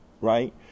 right